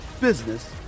business